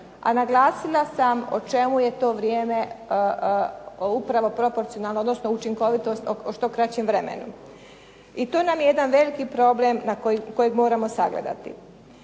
a naglasila sam o čemu je to vrijeme upravo proporcionalno odnosno učinkovitost o što kraćem vremenu. I to nam je jedan veliki problem kojeg moramo sagledati.